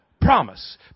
promise